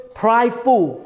prideful